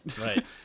Right